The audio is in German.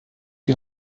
die